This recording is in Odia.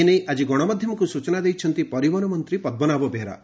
ଏନେଇ ଆଜି ଗଣମାଧ୍ଧମକୁ ସୂଚନା ଦେଇଛନ୍ତି ପରିବହନ ମନ୍ତୀ ପଦ୍ମନାଭ ବେହେରା